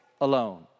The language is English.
alone